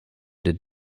der